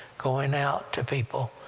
going out to people,